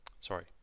Sorry